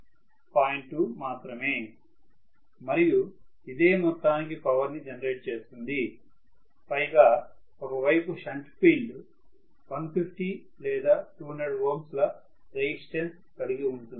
2 మాత్రమే మరియు ఇదే మొత్తానికి పవర్ ని జనెరేట్ చేస్తుంది పైగా ఒక వైపు షంట్ ఫీల్డ్ 150 లేదా 200Ω ల రెసిస్టెన్స్ కలిగి ఉంటుంది